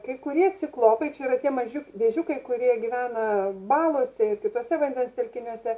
kai kurie ciklopai čia yra tie maži vėžiukai kurie gyvena balose ir kituose vandens telkiniuose